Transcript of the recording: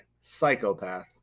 psychopath